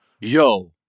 Yo